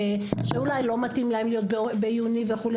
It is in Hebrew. שאולי לא מתאים להם להיות בעיוני וכו',